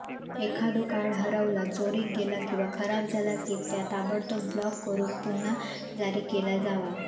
एखादो कार्ड हरवला, चोरीक गेला किंवा खराब झाला की, त्या ताबडतोब ब्लॉक करून पुन्हा जारी केला जावा